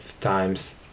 times